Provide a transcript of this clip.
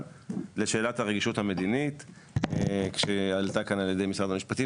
לשאלת הרגישות המדינית שעלתה כאן על ידי משרד המשפטים.